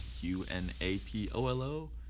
U-N-A-P-O-L-O